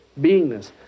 beingness